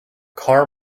car